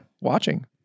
watching